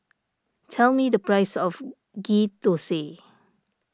tell me the price of Ghee Thosai